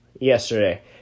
yesterday